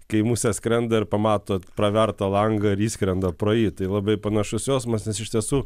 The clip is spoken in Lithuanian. kai musė skrenda ir pamato pravertą langą ir išskrenda pro jį tai labai panašus jausmas nes iš tiesų